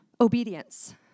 obedience